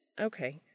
Okay